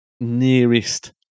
nearest